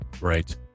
Right